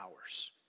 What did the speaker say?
hours